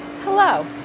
Hello